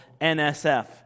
NSF